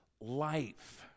life